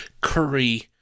curry